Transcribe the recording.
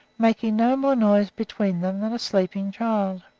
making no more noise between them than a sleeping child.